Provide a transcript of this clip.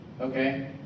Okay